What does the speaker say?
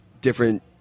different